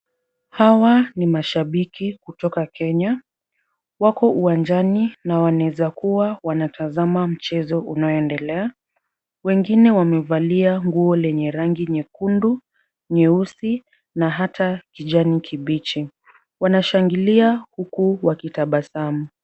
Hawa ni mashibiki kutoka Kenya. Wako uwanjani na wanaweza kuwa wanatazama mchezo unaoendelea. Wengine wamevalia nguo lenye rangi nyekundu, nyeusi na hata kijani kibichi. Wanaangalia huku wakitabasamu.